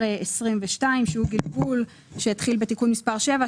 22 שהוא גלגול שהתחיל בתיקון מספר 7,